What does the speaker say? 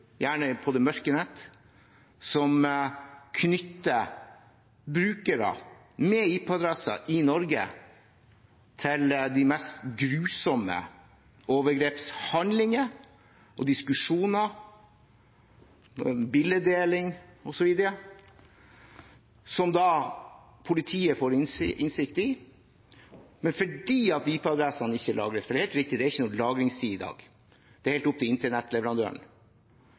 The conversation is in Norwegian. gjerne på det mørke nettet, som knytter brukere med IP-adresser i Norge til de mest grusomme overgrepshandlingene og diskusjonene, bildedeling osv., som politiet får innsikt i. Det er helt riktig at det ikke er noen lagringstid i dag; det er helt opp til internettleverandøren.